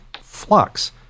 flux